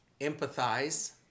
empathize